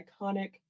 iconic